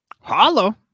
hollow